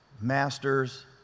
master's